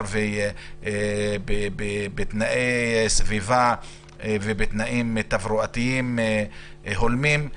ובתנאי סביבה ובתנאים תברואתיים הולמים.